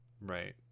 Right